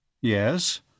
Yes